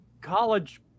college